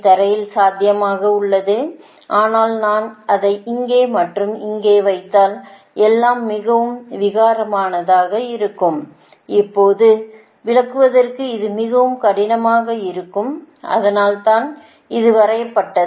தரையில் சாத்தியமாக உள்ளது ஆனால் நான் அதை இங்கே மற்றும் இங்கே வைத்தால் எல்லாம் மிகவும் விகாரமானதாக இருக்கும் அப்போது தான் விளக்குவதற்கு இது மிகவும் கடினமாக இருக்கும் அதனால் தான் இது வரையப்பட்டது